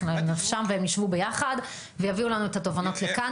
להם לנפשם והם ישבו ביחד ויביאו לנו את התובנות לכאן.